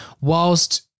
whilst